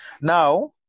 Now